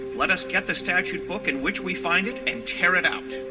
let us get the statute book in which we find it and tear it out